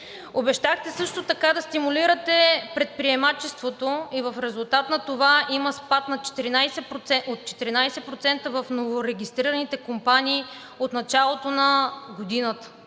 Обещахте също така да стимулирате предприемачеството и в резултат на това има спад от 14% в новорегистрираните компании от началото на годината,